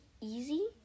easy